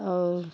और